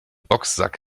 boxsack